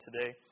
today